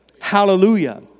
Hallelujah